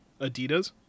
adidas